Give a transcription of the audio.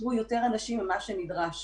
יפטרו יותר אנשים ממה שנדרש.